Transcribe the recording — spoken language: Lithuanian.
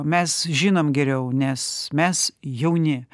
mes žinom geriau nes mes jauni